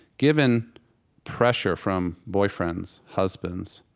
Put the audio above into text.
given pressure from boyfriends, husbands,